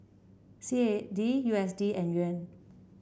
C A D U S D and Yuan